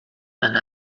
and